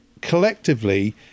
collectively